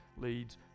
leads